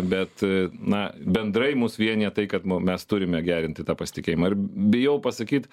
bet a na bendrai mus vienija tai kad mo mes turime gerinti tą pasitikėjimą ir bijau pasakyt